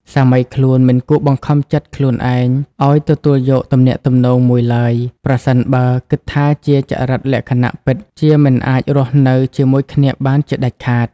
សាមីខ្លួនមិនគួរបង្ខំចិត្តខ្លួនឯងឱ្យទទួលយកទំនាក់ទំនងមួយឡើយ ប្រសិនបើគិតថាចរិតលក្ខណៈពិតជាមិនអាចរស់នៅជាមួយគ្នាបានជាដាច់ខាត។